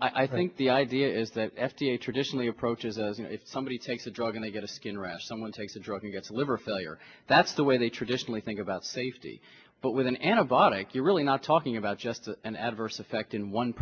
i think the idea is that f d a traditionally approaches as you know if somebody takes a drug and they get a skin rash someone takes a drug and gets a liver failure that's the way they traditionally think about safety but with an antibiotic you're really not talking about just an adverse effect on one